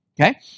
Okay